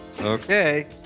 Okay